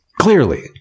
Clearly